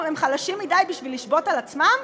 הם חלשים מדי בשביל לשבות על עצמם?